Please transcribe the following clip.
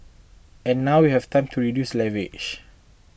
and now we have time to reduce leverage